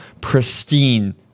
pristine